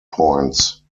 points